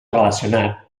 relacionat